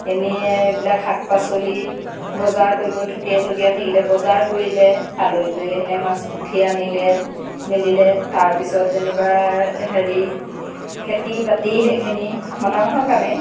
এনেই এইবিলাক শাক পাচলি বজাৰ কৰিব থুকীয়া লগীয়া থাকিলে বজাৰ কৰিলে আলহী দুলহী আহিলে মাছ পুঠি আনিলে মেলিলে তাৰপিছত যেনিবা হেৰি খেতি বাতি সেইখিনি মতা মানুহৰ কামেই